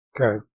Okay